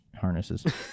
harnesses